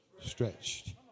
stretched